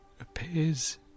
appears